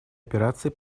операций